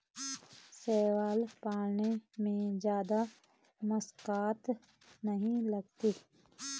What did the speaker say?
शैवाल पालन में जादा मशक्कत नहीं लगती